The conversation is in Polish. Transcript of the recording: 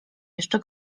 jeszcze